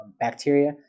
bacteria